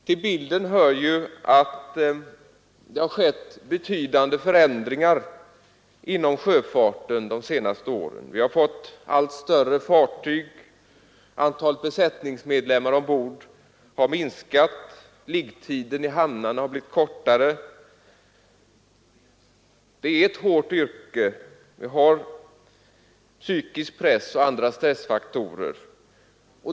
Till bilden hör att det under de senaste åren har skett betydande förändringar inom sjöfarten. Vi har fått allt större fartyg, antalet besättningsmedlemmar ombord har minskat och liggetiden i hamnarna har blivit kortare. Att vara sjöman är ett hårt yrke, som innebär psykisk press och andra stressfaktorer.